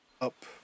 up